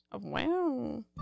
wow